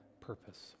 purpose